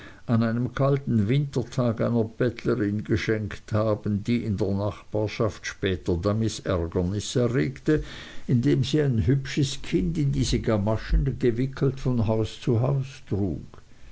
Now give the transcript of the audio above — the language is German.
an einem kalten wintertag einer bettlerin geschenkt haben die in der nachbarschaft später damit ärgernis erregte indem sie ein hübsches kind in diese gamaschen gewickelt von haus zu haus trug